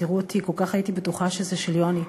תראו אותי, כל כך הייתי בטוחה שזה של יוני,